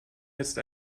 jetzt